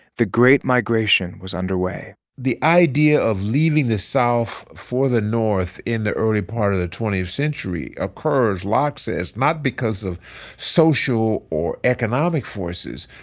the great migration was underway the idea of leaving the south for the north in the early part of the twentieth century occurs, locke says, not because of social or economic forces,